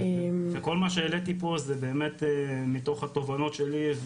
וכל מה שהעליתי פה זה באמת מתוך התובנות שלי,